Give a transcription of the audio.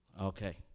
Okay